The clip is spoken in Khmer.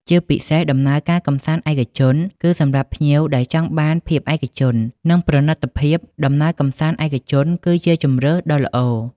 ជាពិសេស ដំណើរកម្សាន្តឯកជន គឺសម្រាប់ភ្ញៀវដែលចង់បានភាពឯកជន និងប្រណិតភាព ដំណើរកម្សាន្តឯកជនគឺជាជម្រើសដ៏ល្អ។